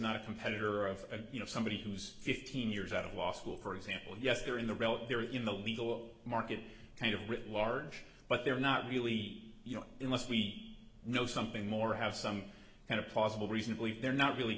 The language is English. not a competitor of you know somebody who's fifteen years out of law school for example yes they're in the realm they're in the legal market kind of writ large but they're not really you know unless we know something more have some kind of possible recently they're not really